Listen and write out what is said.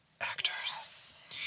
Actors